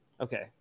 Okay